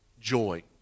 joy